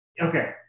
okay